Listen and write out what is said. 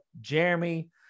Jeremy